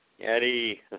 Eddie